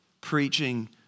preaching